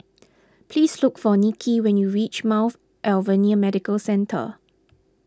please look for Niki when you reach Mount Alvernia Medical Centre